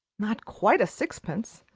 not quite a sixpence,